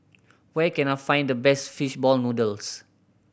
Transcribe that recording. where can I find the best fish ball noodles